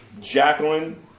Jacqueline